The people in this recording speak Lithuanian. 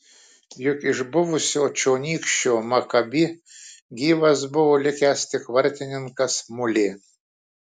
juk iš buvusio čionykščio makabi gyvas buvo likęs tik vartininkas mulė